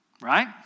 Right